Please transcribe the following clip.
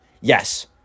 Yes